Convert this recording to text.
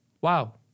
wow